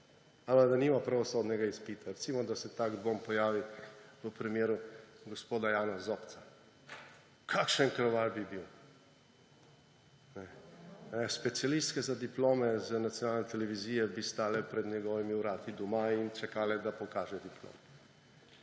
pa da nima pravosodnega izpita. Recimo, da se tak dvom pojavi v primeru gospoda Jana Zobca. Kakšen kraval bi bil! Specialistke za diplome z nacionalne televizije bi stale pred njegovimi vrati doma in čakale, da pokaže diplomo.